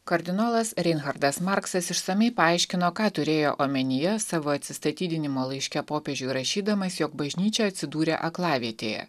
kardinolas reinhardas marksas išsamiai paaiškino ką turėjo omenyje savo atsistatydinimo laiške popiežiui rašydamas jog bažnyčia atsidūrė aklavietėje